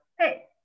hey